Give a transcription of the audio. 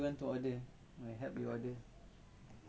okay so I want